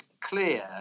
clear